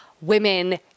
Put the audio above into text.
women